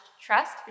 trust